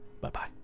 Bye-bye